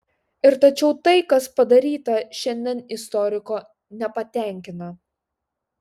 ir tačiau tai kas padaryta šiandien istoriko nepatenkina